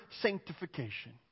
sanctification